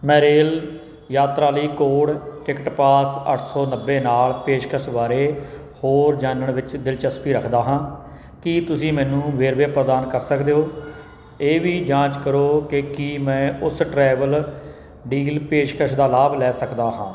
ਮੈਂ ਰੇਲ ਯਾਤਰਾ ਲਈ ਕੋਡ ਟਿਕਟਪਾਸ ਅੱਠ ਸੌ ਨੱਬੇ ਨਾਲ ਪੇਸ਼ਕਸ਼ ਬਾਰੇ ਹੋਰ ਜਾਣਨ ਵਿੱਚ ਦਿਲਚਸਪੀ ਰੱਖਦਾ ਹਾਂ ਕੀ ਤੁਸੀਂ ਮੈਨੂੰ ਵੇਰਵੇ ਪ੍ਰਦਾਨ ਕਰ ਸਕਦੇ ਹੋ ਇਹ ਵੀ ਜਾਂਚ ਕਰੋ ਕਿ ਕੀ ਮੈਂ ਉਸ ਟਰੈਵਲ ਡੀਲ ਪੇਸ਼ਕਸ਼ ਦਾ ਲਾਭ ਲੈ ਸਕਦਾ ਹਾਂ